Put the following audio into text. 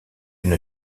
une